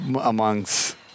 amongst